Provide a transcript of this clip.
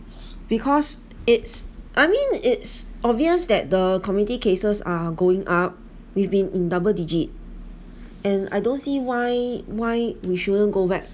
because it's I mean it's obvious that the committee cases are going up we've been in double digit and I don't see why why we shouldn't go back